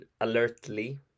alertly